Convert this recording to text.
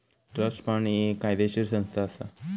trust fund ही एक कायदेशीर संस्था असा